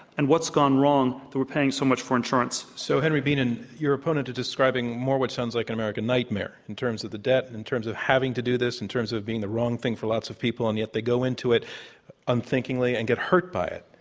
and what's gone wrong that we're paying so much for insurance. so henry bienen, you're opponent is describing more what sounds like an american nightmare in terms of the debt, in terms of having to do this, in terms of being the wrong thing for lots of people. and yet they go into it unthinkingly and get hurt by it.